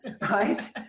right